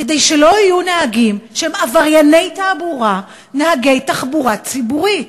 כדי שלא יהיו נהגים שהם עברייני תעבורה נהגי תחבורה ציבורית.